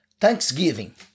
Thanksgiving